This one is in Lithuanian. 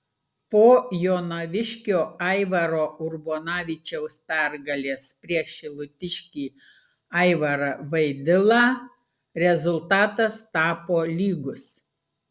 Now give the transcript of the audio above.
po jonaviškio aivaro urbonavičiaus pergalės prieš šilutiškį aivarą vaidilą rezultatas tapo lygus